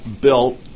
built